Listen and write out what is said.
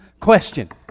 Question